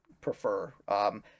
prefer